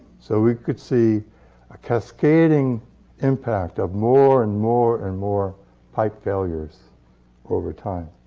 so we could see a cascading impact of more and more and more pipe failures over time.